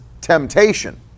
temptation